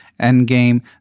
endgame